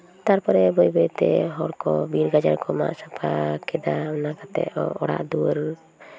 ᱛᱟᱨᱯᱚᱨᱮ ᱵᱟᱹᱭ ᱵᱟᱹᱭ ᱛᱮ ᱦᱚᱲ ᱠᱚ ᱵᱤᱨ ᱜᱟᱡᱟᱲ ᱠᱚ ᱢᱟᱜ ᱥᱟᱯᱷᱟ ᱠᱮᱫᱟ ᱚᱱᱟ ᱠᱟᱛᱮᱜ ᱦᱚᱸ ᱚᱲᱟᱜ ᱫᱩᱣᱟᱹᱨ